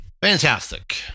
Fantastic